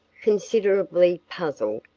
considerably puzzled,